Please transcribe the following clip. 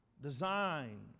design